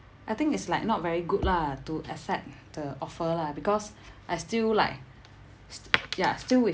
I think it's like not very good lah to accept the offer lah because I still like s~ ya still with